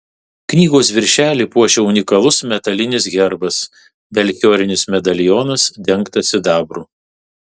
knygos viršelį puošia unikalus metalinis herbas melchiorinis medalionas dengtas sidabru